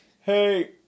Hey